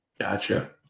gotcha